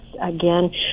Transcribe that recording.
again